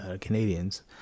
Canadians